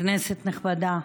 כנסת נכבדה,